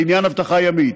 לעניין אבטחה ימית.